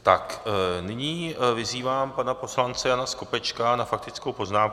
Tak nyní vyzývám pana poslance Jana Skopečka na faktickou poznámku.